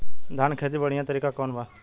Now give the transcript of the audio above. धान के खेती के बढ़ियां तरीका कवन बा?